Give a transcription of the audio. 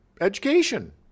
education